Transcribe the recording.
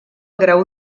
grau